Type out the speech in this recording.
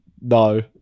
No